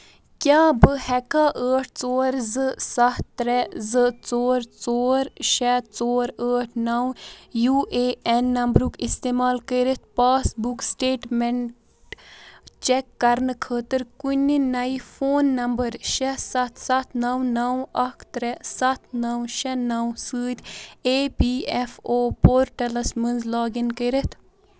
کیٛاہ بہٕ ہیٚکا ٲٹھ ژور زٕ سَتھ ترٛےٚ زٕ ژور ژور شیٚے ژور ٲٹھ نو یو اے این نمبرُک استعمال کٔرِتھ پاس بُک سِٹیٹمٮ۪نٛٹ چیک کرنہٕ خٲطرٕ کُنہٕ نیہِ فون نمبر شیٚے سَتھ سَتھ نو نو اکھ ترٛےٚ سَتھ نو شیٚے نو سۭتۍ E P F O portals مَنٛز لاگ اِن کٔرتھ